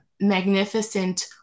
magnificent